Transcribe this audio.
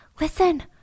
listen